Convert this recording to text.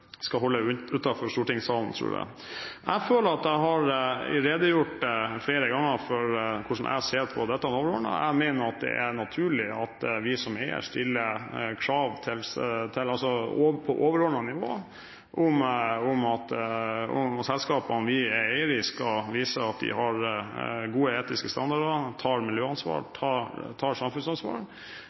skal holde utenfor stortingssalen, tror jeg. Jeg føler at jeg har redegjort flere ganger for hvordan jeg ser på dette overordnet. Jeg mener at det er naturlig at vi som eier stiller krav på overordnet nivå om at selskapene vi er eiere i, skal vise at de har gode etiske standarder, tar miljøansvar og tar samfunnsansvar.